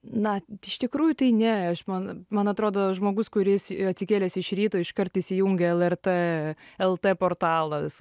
na iš tikrųjų tai ne aš man man atrodo žmogus kuris atsikėlęs iš ryto iškart įsijungia lrt lt portalas